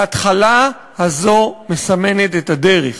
ההתחלה הזו מסמנת את הדרך.